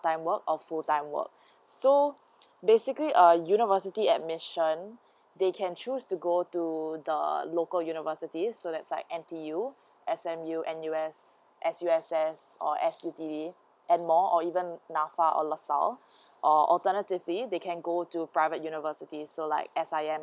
time work or full time work so basically a university admission they can choose to go to the local universities so that's like N_T_U S_M_U N_U_S S_U_S_S or S_U_T_E and more or even nafa or lasalle or alternatively they can go to private universities so like S_I_M